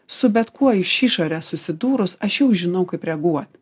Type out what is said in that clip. su bet kuo iš išorės susidūrus aš jau žinau kaip reaguot